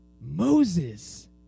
Moses